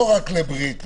לא רק לברית.